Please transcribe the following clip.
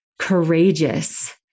courageous